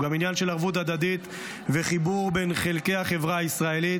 הוא גם עניין של ערבות הדדית וחיבור בין חלקי החברה הישראלית,